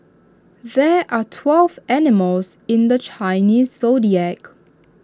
there are twelve animals in the Chinese Zodiac